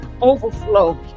Overflow